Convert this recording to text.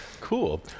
Cool